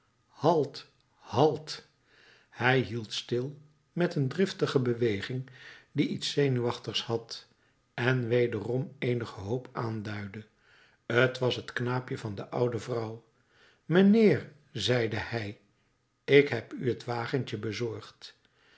halt halt hij hield stil met een driftige beweging die iets zenuwachtigs had en wederom eenige hoop aanduidde t was het knaapje van de oude vrouw mijnheer zeide hij ik heb u het wagentje bezorgd